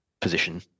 position